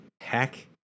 Heck